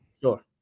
Sure